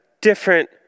different